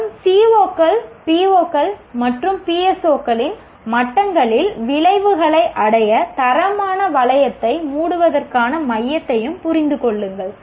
மேலும் CO கள் PO கள் மற்றும் PSO களின் மட்டங்களில் விளைவுகளை அடைய தரமான வளையத்தை மூடுவதற்கான மையத்தையும் புரிந்து கொள்ளுங்கள்